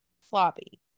floppy